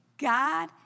God